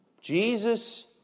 Jesus